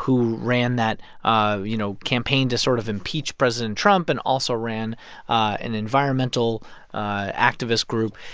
who ran that, ah you know, campaign to sort of impeach president trump and also ran an environmental activist group.